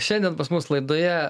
šiandien pas mus laidoje